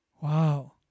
Wow